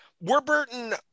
Warburton